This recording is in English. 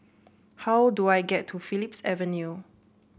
how do I get to Phillips Avenue